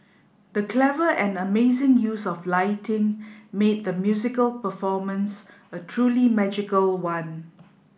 the clever and amazing use of lighting made the musical performance a truly magical one